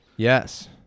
Yes